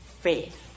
faith